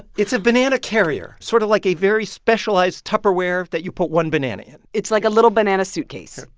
it's a banana carrier, sort of like a very specialized tupperware that you put one banana in it's like a little banana suitcase.